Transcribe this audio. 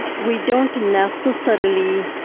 we don't necessarily